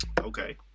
Okay